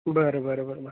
बरं बरं बरं मग